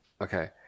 Okay